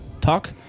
talk